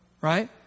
right